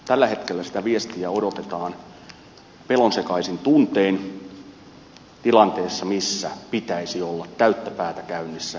tällä hetkellä sitä viestiä odotetaan pelonsekaisin tuntein tilanteessa missä pitäisi olla täyttä päätä käynnissä palvelujärjestelmien kehittämistyö